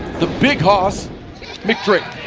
the big hoss mik drake